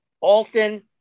Alton